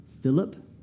Philip